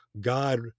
God